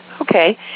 Okay